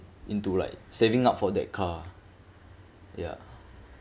into like saving up for that car ya